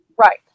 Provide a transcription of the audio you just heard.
Right